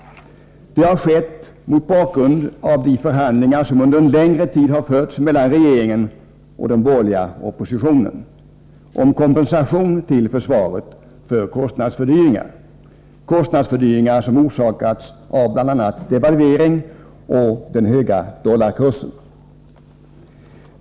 Det har skett mot bakgrund av de förhandlingar som under en längre tid har förts mellan regeringen och den borgerliga oppositionen om kompensation till försvaret för kostnadsfördyringar som orsakats av bl.a. devalveringar och den höga dollarkursen.